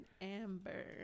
Amber